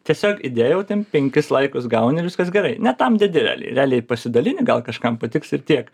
tiesiog įdėjau ten penkis laikus gauni ir viskas gerai ne tam dedi realiai realiai pasidalini gal kažkam patiks ir tiek